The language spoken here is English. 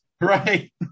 right